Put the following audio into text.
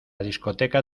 discoteca